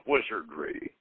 Wizardry